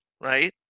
Right